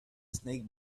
snake